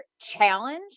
challenge